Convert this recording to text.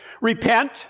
Repent